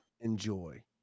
enjoy